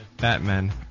Batman